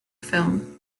film